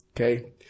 Okay